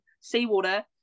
seawater